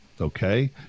Okay